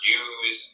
use